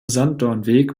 sanddornweg